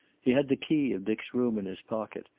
he had the key of dick's room in his pocket,